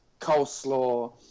coleslaw